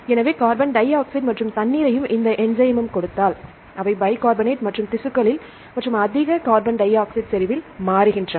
எனவே carbon dioxide மற்றும் தண்ணீரையும் இந்த என்சைமும் கொடுத்தால் அவை பைகார்பனேட் மற்றும் திசுக்களில் மற்றும் அதிக கார்பன் டை ஆக்சைடு செறிவில் மாறுகின்றன